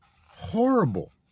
horrible